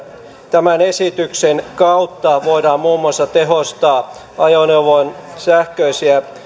tämän esityksen kautta voidaan muun muassa tehostaa ajoneuvon sähköisiä